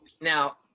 Now